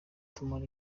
tumara